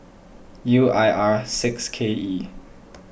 U I R six K E